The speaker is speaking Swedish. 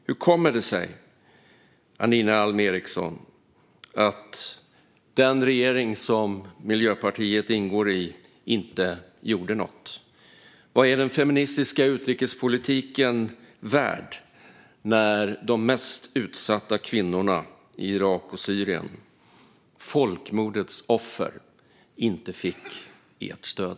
Hur kommer det sig, Janine Alm Ericson, att den regering som Miljöpartiet ingår i inte gjorde något? Vad är den feministiska utrikespolitiken värd när de mest utsatta kvinnorna i Irak och Syrien, folkmordets offer, inte fick ert stöd?